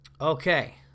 Okay